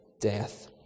death